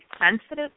sensitive